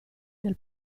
del